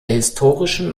historischen